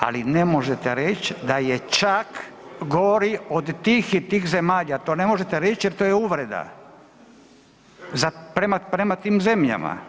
Ali ne možete reći da je čak gori od tih i tih zemalja, to ne možete reći jer je to uvreda prema tim zemljama.